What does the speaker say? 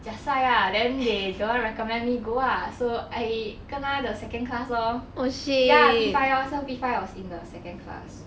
jia sai ah then they don't want recommend me go ah so I kena the second class lor ya P five lor so P five was in the second class